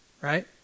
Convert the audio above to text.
Right